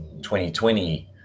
2020